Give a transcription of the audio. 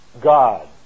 God